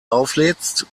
auflädst